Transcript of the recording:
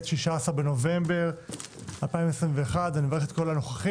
16 בנובמבר 2021. אני מברך את כל הנוכחים